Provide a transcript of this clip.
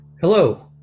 Hello